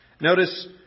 Notice